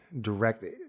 directly